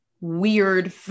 weird